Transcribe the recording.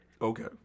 Okay